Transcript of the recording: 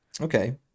Okay